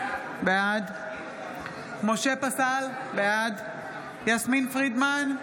בעד משה פסל, בעד יסמין פרידמן,